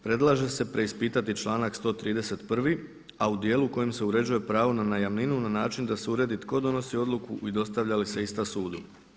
Predlaže se preispitati članak 131., a u dijelu u kojem se uređuje pravo na najamninu na način da se uredi tko donosi odluku i dostavlja li se ista sudu.